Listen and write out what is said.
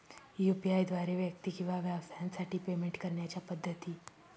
UPI द्वारे व्यक्ती किंवा व्यवसायांसाठी पेमेंट करण्याच्या पद्धती